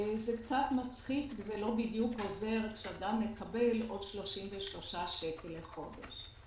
זה קצת מצחיק וזה לא בדיוק עוזר כאשר אדם מקבל עוד 33 שקלים לחודש.